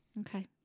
Okay